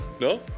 No